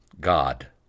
God